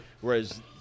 whereas